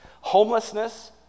Homelessness